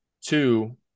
two